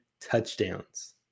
touchdowns